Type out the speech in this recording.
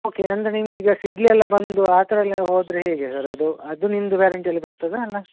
okay ಅಂದರೆ ನಿಮ್ಗೆ ಈಗ ಸಿಡಿಲೆಲ್ಲ ಬಂದು ಆ ಥರ ಎಲ್ಲ ಹೋದರೆ ಹೇಗೆ ಸರ್ ಅದು ಅದು ನಿಮ್ಮದು ವ್ಯಾರೆಂಟಿಯಲ್ಲಿ ಬರ್ತದ್ಯ ಅಲ್ಲ